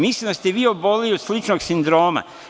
Mislim da ste vi oboleli od sličnog sindroma.